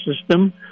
system